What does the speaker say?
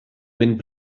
wind